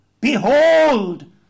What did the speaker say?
Behold